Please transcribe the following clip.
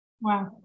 Wow